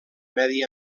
medi